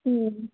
ಹ್ಞೂ